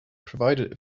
provided